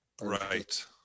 right